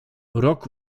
rok